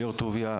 ליאור טוביה,